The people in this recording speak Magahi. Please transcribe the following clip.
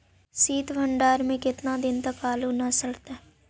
सित भंडार में के केतना दिन तक आलू न सड़तै?